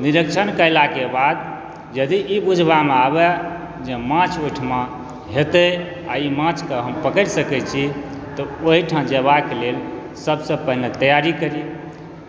निरीक्षण कयलाक बाद यदि ई बुझबामे आबय जे माँछ ओहिठमा हेतै आ ई माँछ के हम पकरि सकै छी तऽ ओहिठाम जेबाक लेल सबसँ पहिने तैयारी करी